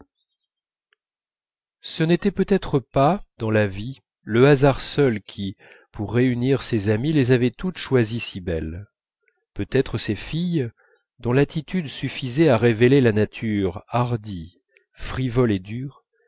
ce n'était peut-être pas dans la vie le hasard seul qui pour réunir ces amies les avait toutes choisies si belles peut-être ces filles dont l'attitude suffisait à